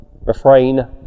refrain